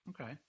Okay